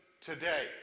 today